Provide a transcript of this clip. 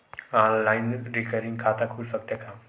Online recurring खाता खुल सकथे का?